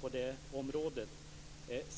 på det området.